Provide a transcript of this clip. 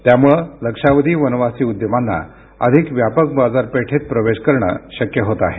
त्यामुळे लक्षावधी वनवासी उद्यमांना अधिक व्यापक बाजारपेठेत प्रवेश करणं शक्य होत आहे